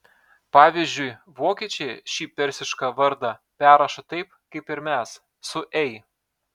pavyzdžiui vokiečiai šį persišką vardą perrašo taip kaip ir mes su ei